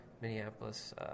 Minneapolis